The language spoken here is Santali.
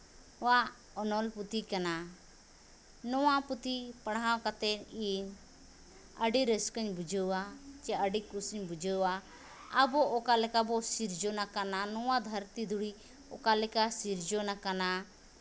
ᱟᱜ ᱚᱱᱚᱞ ᱯᱩᱛᱷᱤ ᱠᱟᱱᱟ ᱱᱚᱣᱟ ᱯᱩᱛᱷᱤ ᱯᱟᱲᱦᱟᱣ ᱠᱟᱛᱮᱫ ᱤᱧ ᱟᱹᱰᱤ ᱨᱟᱹᱥᱠᱟᱹᱧ ᱵᱩᱡᱷᱟᱹᱣᱟ ᱪᱮ ᱟᱹᱰᱤ ᱠᱩᱥᱤᱧ ᱵᱩᱡᱷᱟᱹᱣᱟ ᱟᱵᱚ ᱚᱠᱟ ᱞᱮᱠᱟ ᱵᱚᱱ ᱥᱤᱨᱡᱚᱱ ᱟᱠᱟᱱᱟ ᱱᱚᱣᱟ ᱫᱷᱟᱹᱨᱛᱤ ᱫᱷᱩᱲᱤ ᱚᱠᱟ ᱞᱮᱠᱟ ᱥᱤᱨᱡᱚᱱ ᱟᱠᱟᱱᱟ